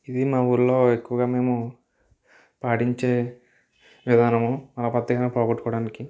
ఇది మా ఊళ్ళో ఎక్కువగా మేము పాటించే విధానము ఆ బద్ధకాన్ని పోగొట్టుకోవడానికి